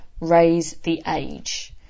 RaiseTheAge